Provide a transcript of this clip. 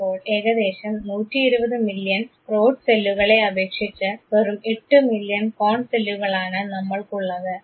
അപ്പോൾ ഏകദേശം 120 million rod സെല്ലുകളെ അപേക്ഷിച്ച് വെറും എട്ടു മില്യൺ കോൺ സെല്ലുകളാണ് നമ്മൾക്കുള്ളത്